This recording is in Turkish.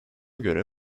göre